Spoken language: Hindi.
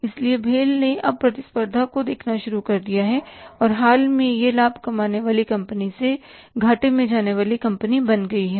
इसलिए भेल BHEL ने अब प्रतिस्पर्धा का देखना शुरू कर दिया है और हाल ही में यह लाभ कमाने वाली कंपनी से घाटे जाने वाली कंपनी बन गई है